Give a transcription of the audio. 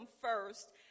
first